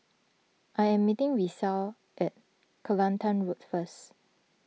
I am meeting Risa at Kelantan Road first